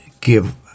give